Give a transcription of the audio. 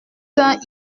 saint